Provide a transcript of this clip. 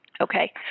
Okay